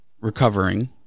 recovering